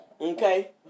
Okay